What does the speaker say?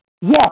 Yes